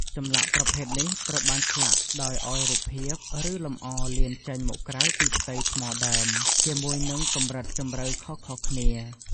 ចម្លាក់ប្រភេទនេះត្រូវបានឆ្លាក់ដោយ ឲ្យរូបភាព ឬលម្អលៀនចេញមកក្រៅពីផ្ទៃថ្មដើម ជាមួយនឹងកម្រិតជម្រៅខុសៗគ្នា។